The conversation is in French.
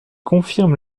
confirme